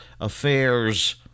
affairs